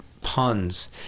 puns